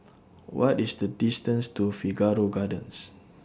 What IS The distance to Figaro Gardens